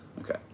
Okay